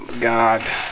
god